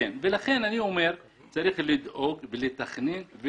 לכן אני אומר שצריך לדאוג ולתכנן,